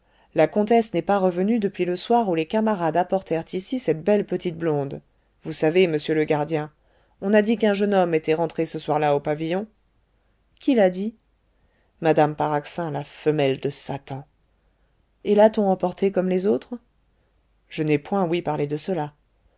la comtesse n'est pas revenue depuis le soir où les camarades apportèrent ici cette belle petite blonde vous savez monsieur le gardien on a dit qu'un jeune homme était entré ce soir-là au pavillon qui l'a dit mme paraxin la femelle de satan et l'a-t-on emporté comme les autres je n'ai point ouï parler de cela